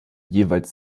jeweils